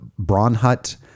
Braunhut